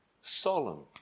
solemn